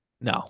No